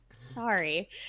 sorry